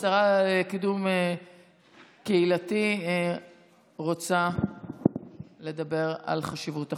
השרה לקידום קהילתי רוצה לדבר על חשיבות החוק.